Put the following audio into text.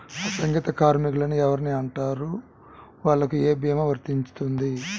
అసంగటిత కార్మికులు అని ఎవరిని అంటారు? వాళ్లకు ఏ భీమా వర్తించుతుంది?